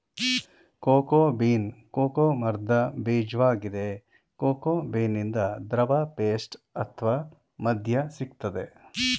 cocoa bean cocoa ಮರ್ದ ಬೀಜ್ವಾಗಿದೆ cocoa ಬೀನಿಂದ ದ್ರವ ಪೇಸ್ಟ್ ಅತ್ವ ಮದ್ಯ ಸಿಗ್ತದೆ